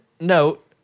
note